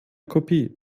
kopie